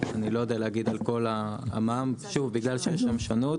אני לא יודע להגיד, שוב בגלל שיש שם שונות.